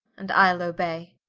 and ile obey